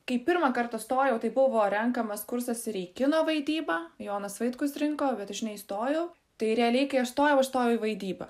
kai pirmą kartą stojau tai buvo renkamas kursas ir į kino vaidybą jonas vaitkus rinko bet aš neįstojau tai realiai kai aš stojau aš stojau į vaidybą